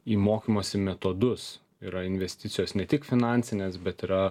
į mokymosi metodus yra investicijos ne tik finansinės bet yra